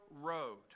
road